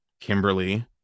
Kimberly